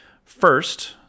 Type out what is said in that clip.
First